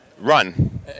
run